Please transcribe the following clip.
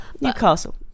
Newcastle